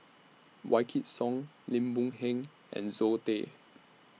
Wykidd Song Lim Boon Heng and Zoe Tay